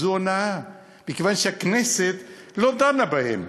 זאת הונאה, מכיוון שהכנסת לא דנה בהם,